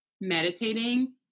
meditating